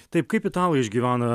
taip kaip italai išgyvena